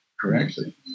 correctly